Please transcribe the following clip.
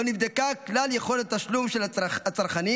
לא נבדקה כלל יכולת תשלום של הצרכנים,